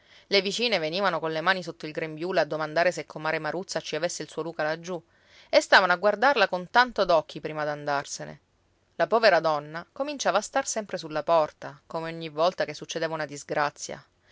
le vicine venivano colle mani sotto il grembiule a domandare se comare maruzza ci avesse il suo luca laggiù e stavano a guardarla con tanto d'occhi prima d'andarsene la povera donna cominciava a star sempre sulla porta come ogni volta che succedeva una disgrazia